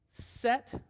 Set